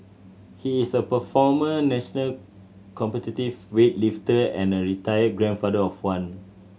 he is a performer national competitive weightlifter and a retired grandfather of one